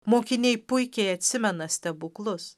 mokiniai puikiai atsimena stebuklus